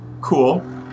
cool